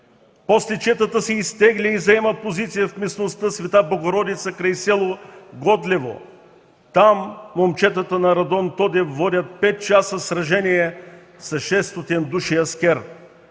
После четата се изтегля и заема позиция в местността „Света Богородица”, край село Годлево. Там момчетата на Радон Тодев водят пет часа сражение с 600 души аскер;